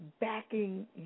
backing